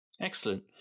Excellent